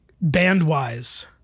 band-wise